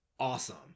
awesome